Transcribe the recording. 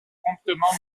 promptement